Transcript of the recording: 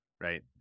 right